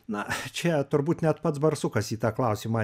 na čia turbūt net pats barsukas į tą klausimą